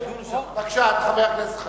בבקשה, חבר הכנסת חנין.